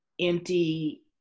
empty